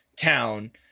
town